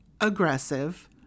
aggressive